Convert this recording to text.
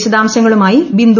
വിശദാംശങ്ങളുമായി ബിന്ദു